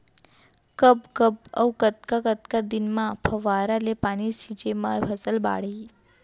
कब कब अऊ कतका कतका दिन म फव्वारा ले पानी छिंचे म फसल बाड़ही?